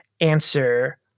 answer